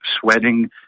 sweating